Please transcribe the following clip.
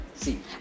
See